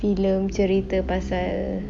filem cerita pasal